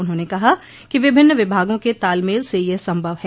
उन्होंने कहा कि विभिन्न विभागों के तालमेल से यह संभव है